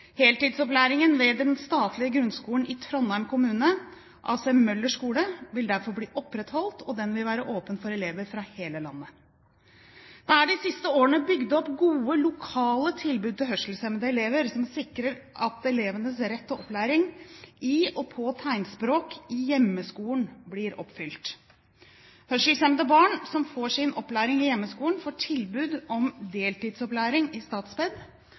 Heltidsopplæringen ved den statlige grunnskolen i Trondheim kommune, A.C. Møller skole, vil derfor bli opprettholdt, og den vil være åpen for elever fra hele landet. Det er de siste årene bygd opp gode lokale tilbud til hørselshemmede elever som sikrer at elevenes rett til opplæring i og på tegnspråk i hjemmeskolen blir oppfylt. Hørselshemmede barn som får sin opplæring i hjemmeskolen, får tilbud om deltidsopplæring i